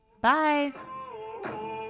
bye